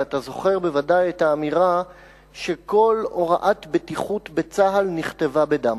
ואתה זוכר בוודאי את האמירה שכל הוראת בטיחות בצה"ל נכתבה בדם,